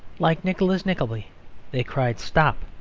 like nicholas nickleby they cried stop!